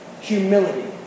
Humility